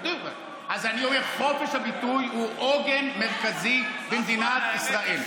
אני אומר: חופש הביטוי הוא עוגן מרכזי במדינת ישראל.